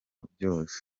byose